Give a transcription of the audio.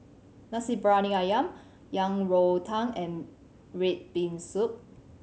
Nasi Briyani Ayam Yang Rou Tang and red bean soup